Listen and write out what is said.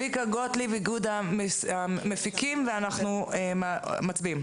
צביקה גוטליב, איגוד המפיקים, ואחר כך נצביע.